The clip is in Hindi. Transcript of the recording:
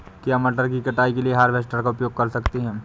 क्या मटर की कटाई के लिए हार्वेस्टर का उपयोग कर सकते हैं?